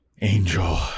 Angel